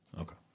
Okay